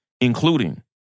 including